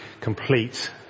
complete